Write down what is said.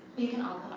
you can all